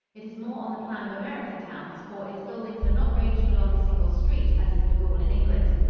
it is more on the plan of american towns, for its buildings are not ranged along a single street as is the rule in england.